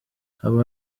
haba